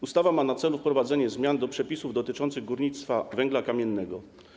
Ustawa ma na celu wprowadzenie zmian w przepisach dotyczących górnictwa węgla kamiennego.